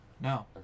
No